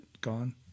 gone